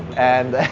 and